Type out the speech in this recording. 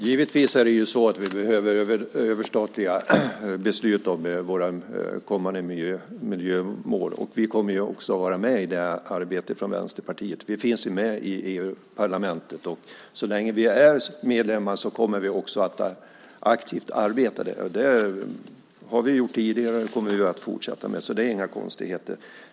Herr talman! Givetvis behöver vi överstatliga beslut om våra kommande miljömål. Och vi från Vänsterpartiet kommer också att vara med i det arbetet. Vi finns ju med i EU-parlamentet. Och så länge vi är medlemmar kommer vi också att arbeta aktivt där. Det har vi gjort tidigare, och det kommer vi att fortsätta med, så det är inga konstigheter.